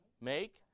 make